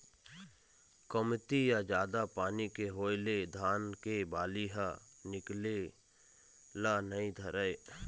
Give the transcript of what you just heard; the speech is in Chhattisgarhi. कमती या जादा पानी के होए ले धान के बाली ह निकले ल नइ धरय